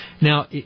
Now